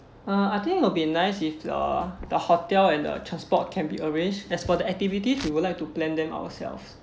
uh I think it'll be nice if uh the hotel and the transport can be arranged as for the activities we would like to plan them ourselves